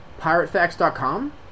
piratefacts.com